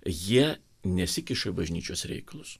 jie nesikiša į bažnyčios reikalus